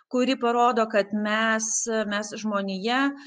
kuri parodo kad mes mes žmonija